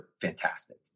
fantastic